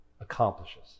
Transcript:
accomplishes